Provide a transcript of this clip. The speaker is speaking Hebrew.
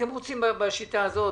אתם רוצים בשיטה הזאת?